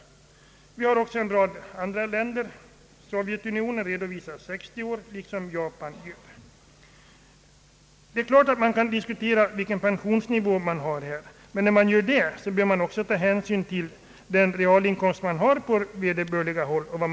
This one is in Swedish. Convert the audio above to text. Det finns också en rad andra länder med lägre pensionsålder — Sovjetunionen redovisar en pensionsålder av 60 år liksom Japan. Det är klart att det kan diskuteras vilken pensionsnivå som finns på olika håll, men gör man det, bör man också ta hänsyn till den realinkomst som finns på respektive håll.